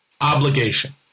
obligation